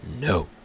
No